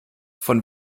von